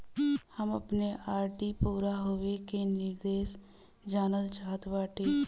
हम अपने आर.डी पूरा होवे के निर्देश जानल चाहत बाटी